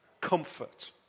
comfort